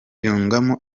yungamo